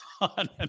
on